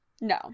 No